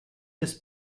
des